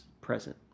present